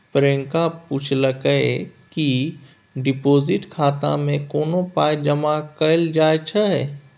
प्रियंका पुछलकै कि डिपोजिट खाता मे कोना पाइ जमा कयल जाइ छै